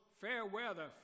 fair-weather